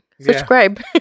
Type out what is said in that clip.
Subscribe